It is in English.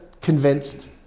convinced